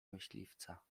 myśliwca